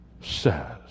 says